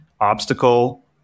obstacle